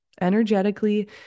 energetically